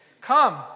Come